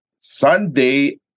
Sunday